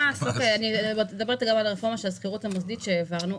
אני מדברת גם על הרפורמה של השכירות המוסדית שהעברנו.